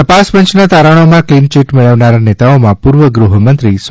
તપાસપંચના તારણોમાં કલીનચીટ મેળવનાર નેતાઓમાં પૂર્વ ગૃહમંત્રી સ્વ